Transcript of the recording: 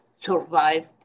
survived